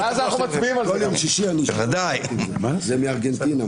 כל יום שישי אני שותה --- זה מארגנטינה.